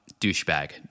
douchebag